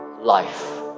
life